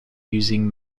using